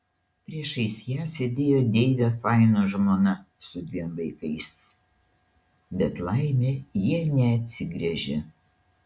priešais ją sėdėjo deivio faino žmona su dviem vaikais bet laimė jie neatsigręžė